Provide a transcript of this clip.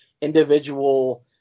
individual